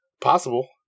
Possible